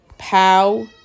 Pow